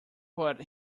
but